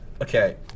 Okay